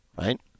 right